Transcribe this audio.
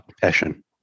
passion